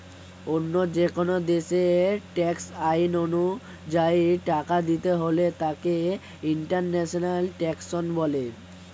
অন্য যেকোন দেশের ট্যাক্স আইন অনুযায়ী টাকা দিতে হলে তাকে ইন্টারন্যাশনাল ট্যাক্সেশন বলে